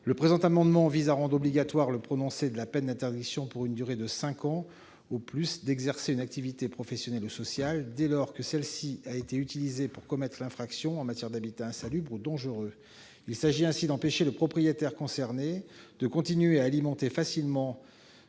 Le présent amendement vise à rendre obligatoire le prononcé de la peine d'interdiction pour une durée de cinq ans au plus d'exercer une activité professionnelle ou sociale dès lors que celle-ci a été utilisée pour commettre l'infraction en matière d'habitat insalubre ou dangereux. Il s'agit ainsi d'empêcher le propriétaire concerné de continuer à alimenter facilement,